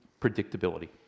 predictability